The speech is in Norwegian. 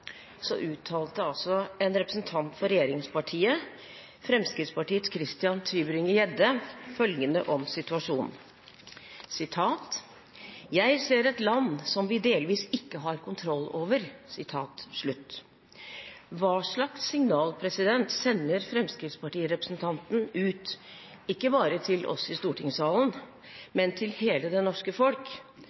uttalte en representant for regjeringspartiet, Fremskrittspartiets Christian Tybring-Gjedde, følgende om situasjonen: «Jeg ser et land som vi delvis ikke har kontroll over.» Hva slags signal sender fremskrittspartirepresentanten ut, ikke bare til oss i stortingssalen, men til hele det norske folk